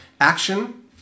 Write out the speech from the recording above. action